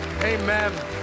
Amen